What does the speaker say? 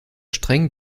streng